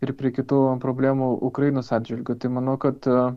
ir prie kitų problemų ukrainos atžvilgiu tai manau kad